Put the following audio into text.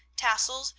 tassels,